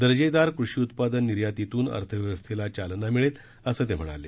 दर्जेदार कृषी उत्पादन निर्यातीतून अर्थव्यवस्थेला चालना मिळेल असं ते म्हणाले